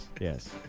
Yes